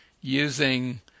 using